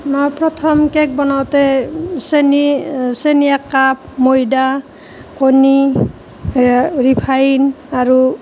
মই প্ৰথম কেক বনাওঁতে চেনী চেনী এক কাপ ময়দা কণী ৰিফাইন আৰু